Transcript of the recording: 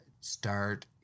start